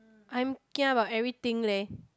I'm kia about everything leh